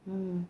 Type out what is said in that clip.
mm